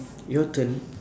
your turn